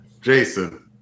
Jason